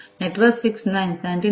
network 6 nines 99